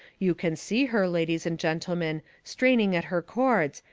you can see her, ladies and gentlemen, straining at her cords,